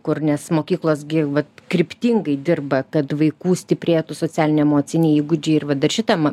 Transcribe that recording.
kur nes mokyklos gi vat kryptingai dirba kad vaikų stiprėtų socialiniai emociniai įgūdžiai ir va dar šitam